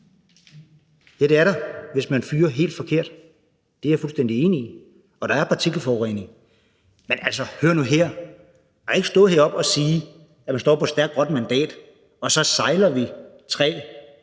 Ja, det er der, hvis man fyrer helt forkert, det er jeg fuldstændig enig i, og der er partikelforurening. Men altså, hør nu her, man kan ikke stå heroppe og sige, at man står på et stærkt grønt mandat, og så sejler vi træ